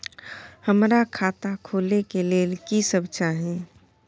हमरा खाता खोले के लेल की सब चाही?